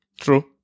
True